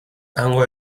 hango